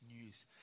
news